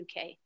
UK